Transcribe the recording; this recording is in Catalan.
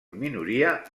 minoria